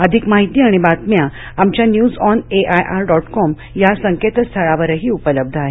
अधिक माहिती आणि बातम्या आमच्या news on A I R dot com या संकेतस्थ्ळावरही उपलब्ध आहेत